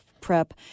prep